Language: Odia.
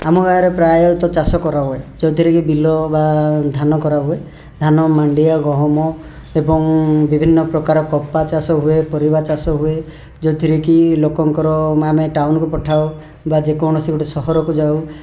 ଆମ ଗାଁରେ ପ୍ରାୟତଃ ଚାଷ କରାହୁଏ ଯେଉଁଥିରେ କି ବିଲ ବା ଧାନ କରାହୁଏ ଧାନ ମାଣ୍ଡିଆ ଗହମ ଏବଂ ବିଭିନ୍ନ ପ୍ରକାର କପା ଚାଷ ହୁଏ ପରିବା ଚାଷ ହୁଏ ଯେଉଁଥିରେ କି ଲୋକଙ୍କର ମାମେ ଟାଉନ୍କୁ ପଠାଉ ବା ଯେକୌଣସି ଗୋଟେ ସହରକୁ ଯାଉ